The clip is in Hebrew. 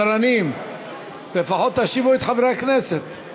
סדרנים, לפחות תושיבו את חברי הכנסת.